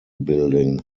building